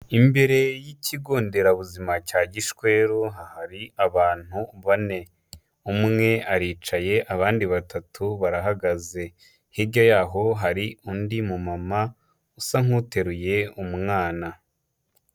Imbere y'ikigo nderabuzima cya Gishweru hari abantu bane, umwe aricaye abandi batatu barahagaze, hirya yaho hari undi mumama usa nk'uteruye umwana.